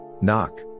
Knock